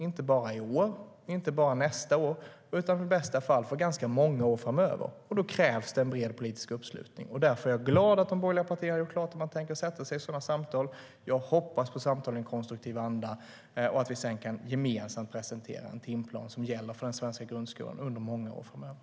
Inte bara i år, inte bara nästa år utan i bästa fall för ganska många år framöver, och då krävs det en bred politisk uppslutning. Därför är jag glad att de borgerliga partierna har gjort klart att man tänker sätta sig i sådana samtal. Jag hoppas på samtal i en konstruktiv anda och att vi sedan gemensamt kan presentera en timplan som gäller för den svenska grundskolan under många år framöver.